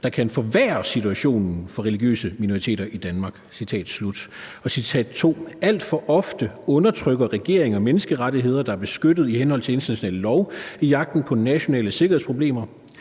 der kan forværre situationen for religiøse minoriteter i Danmark. Det andet citat lyder: Alt for ofte undertrykker regeringer menneskerettigheder, der er beskyttet i henhold til international lov, i jagten på nationale sikkerhedsproblemer